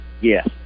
Yes